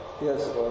Yes